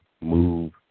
move